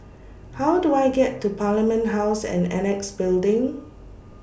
How Do I get to Parliament House and Annexe Building